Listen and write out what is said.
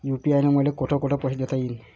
UPI न मले कोठ कोठ पैसे देता येईन?